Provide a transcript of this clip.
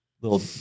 little